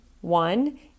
One